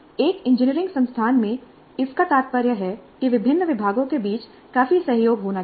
एक इंजीनियरिंग संस्थान में इसका तात्पर्य है कि विभिन्न विभागों के बीच काफी सहयोग होना चाहिए